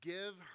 Give